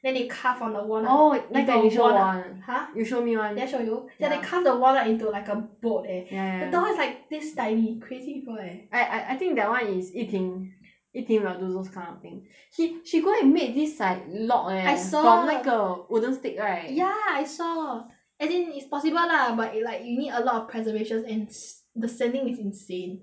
then they carve on the walnut oh you show [one] 你懂 walnut you show me [one] did I show you ya ya they carve the walnut into like a boat eh ya ya the door is like this tiny crazy people eh I I think that [one] is yi ping yi ping will do those kind of thing he she go and make this like lock eh I saw from 那个 wooden stick right ya I saw and then it's possible lah but like you need a lot of preservations and the sending is insane